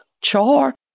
char